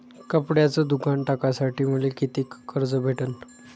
कपड्याचं दुकान टाकासाठी मले कितीक कर्ज भेटन?